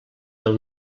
del